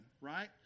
right